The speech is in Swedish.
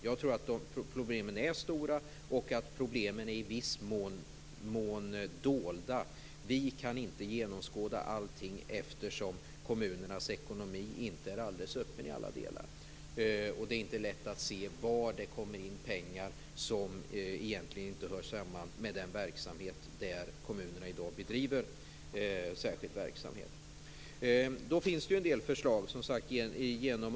Jag tror att problemen är stora och att de i viss mån är dolda. Vi kan inte genomskåda allting, eftersom kommunernas ekonomi inte är alldeles öppen i alla delar. Det är inte lätt att se var det kommer in pengar som egentligen inte hör samman med den särskilda verksamhet som kommunerna i dag bedriver. Det finns som sagt en del förslag.